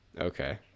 okay